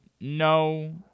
no